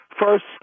First